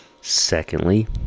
Secondly